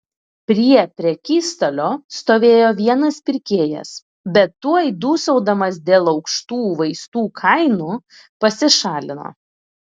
prie prekystalio stovėjo vienas pirkėjas bet tuoj dūsaudamas dėl aukštų vaistų kainų pasišalino